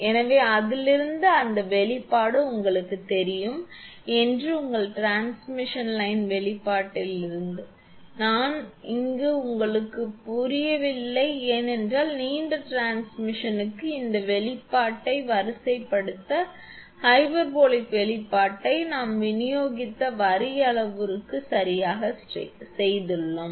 எனவே அதிலிருந்து இந்த வெளிப்பாடு உங்களுக்குத் தெரியும் என்று உங்கள் டிரான்ஸ்மிஷன் லைனுக்கு வெளிப்பாட்டிலிருந்து நான் இங்கு உங்களுக்குப் புரியவில்லை ஏனென்றால் நீண்ட டிரான்ஸ்மிஷன்ற்கு இந்த வெளிப்பாட்டை வரிசைப்படுத்திய ஹைபர்போலிக் வெளிப்பாட்டை நாம் விநியோகித்த வரி அளவுருக்களுக்குச் சரியாகச் செய்துள்ளோம்